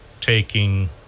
taking